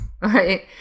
Right